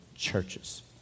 churches